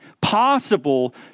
possible